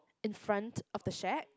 in front of the shark